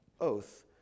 oath